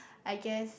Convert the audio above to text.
I guess